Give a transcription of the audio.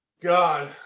God